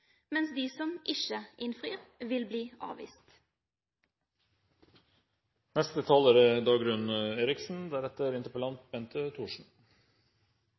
mens de som ikke innfrir, vil bli